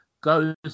goes